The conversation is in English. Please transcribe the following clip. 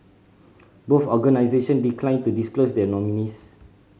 both organisation declined to disclose their nominees